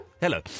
Hello